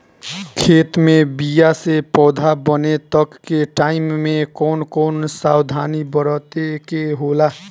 खेत मे बीया से पौधा बने तक के टाइम मे कौन कौन सावधानी बरते के होला?